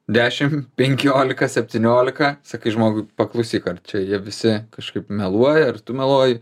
dešim penkiolika septyniolika sakai žmogui paklausyk ar čia jie visi kažkaip meluoja ar tu meluoji